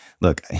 Look